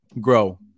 grow